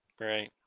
Right